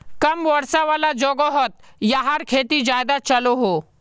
कम वर्षा वाला जोगोहोत याहार खेती ज्यादा चलोहो